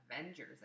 Avengers